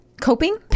coping